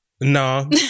no